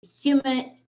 human